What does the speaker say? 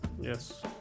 Yes